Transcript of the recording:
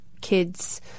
kids